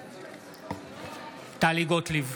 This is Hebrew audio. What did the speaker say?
נגד טלי גוטליב,